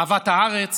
אהבת הארץ